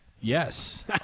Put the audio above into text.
yes